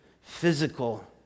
physical